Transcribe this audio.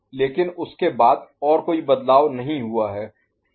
लेकिन उसके बाद और कोई बदलाव नहीं हुआ है